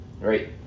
right